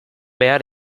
behar